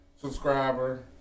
subscriber